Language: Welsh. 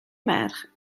merch